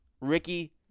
Ricky